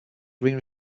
greene